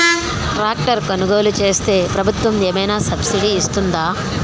Tractor కొనుగోలు చేస్తే ప్రభుత్వం ఏమైనా సబ్సిడీ ఇస్తుందా?